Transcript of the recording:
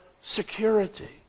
security